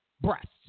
breasts